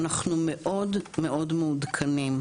אנחנו מאוד מעודכנים.